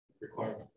requirement